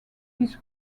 this